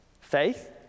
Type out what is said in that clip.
faith